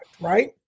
right